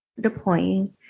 deploying